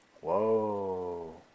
Whoa